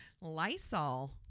Lysol